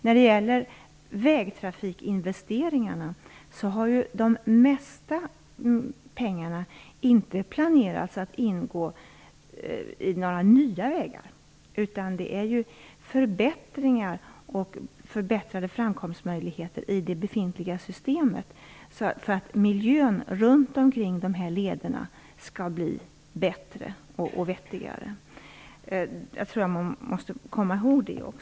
När det gäller vägtrafikinvesteringarna har de mesta pengarna inte planerats att ingå i några nya vägar, utan det är förbättringar och förbättrade framkomstmöjligheter i det befintliga systemet som det handlar om för att miljön runt dessa leder skall bli bättre och vettigare. Jag tror att man måste komma ihåg det.